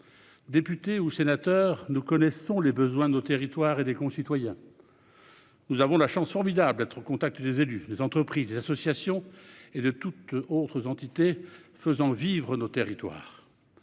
Députés ou sénateurs, nous connaissons les besoins de nos territoires et de nos concitoyens. Nous avons la chance formidable d'être au contact des élus, des entreprises, des associations et de l'ensemble des entités faisant vivre nos territoires.